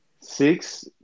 Six